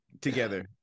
together